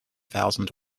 thousand